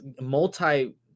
multi